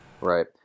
Right